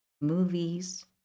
movies